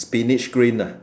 spinach green ah